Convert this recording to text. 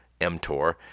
mTOR